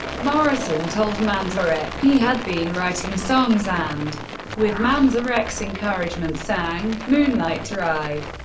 morrison told manzarek he had been writing songs and with manzarek's encouragement sang moonlight drive.